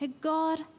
God